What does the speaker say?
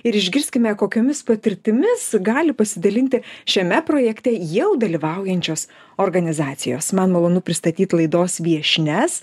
ir išgirskime kokiomis patirtimis gali pasidalinti šiame projekte jau dalyvaujančios organizacijos man malonu pristatyt laidos viešnias